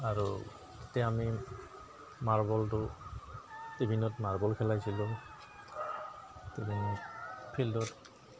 আৰু তেতিয়া আমি মাৰ্বলটো টিফিনত মাৰ্বল খেলাইছিলোঁ টিফিন ফিল্ডত